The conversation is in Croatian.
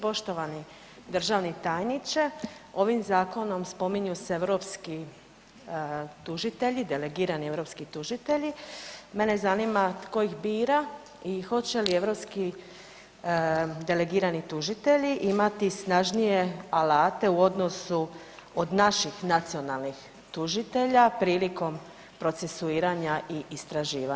Poštovani državni tajniče, ovim zakonom spominju europski tužitelji, delegirani europski tužitelji, mene zanima tko ih bira i hoće li europski delegirani tužitelji imati snažnije alate u odnosu od naših nacionalnih tužitelja prilikom procesuiranja i istraživanja.